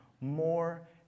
more